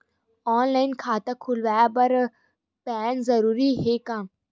Online खाता खुलवाय बर पैन जरूरी हे का?